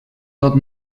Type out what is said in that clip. tot